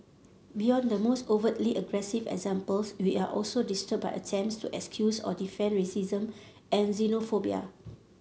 beyond the most overtly aggressive examples we are also disturbed by attempts to excuse or defend racism and xenophobia